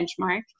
benchmark